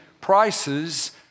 prices